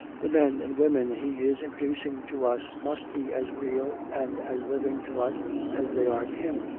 the men and women he is introducing to us must be as real and as living to us as they are to him.